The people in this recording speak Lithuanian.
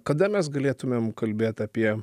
kada mes galėtumėm kalbėt apie